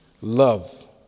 Love